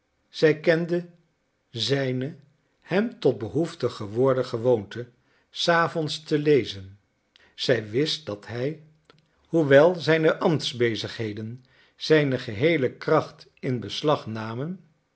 zij kende zijne hem tot behoefte geworden gewoonte s avonds te lezen zij wist dat hij hoewel zijne ambtsbezigheden zijn geheele kracht in beslag namen